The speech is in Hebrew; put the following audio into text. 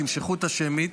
שתמשכו את השמית,